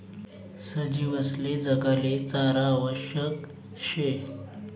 सजीवसले जगाले चारा आवश्यक शे